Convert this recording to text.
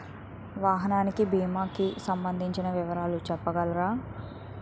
వాహనానికి భీమా కి సంబందించిన వివరాలు చెప్పగలరా?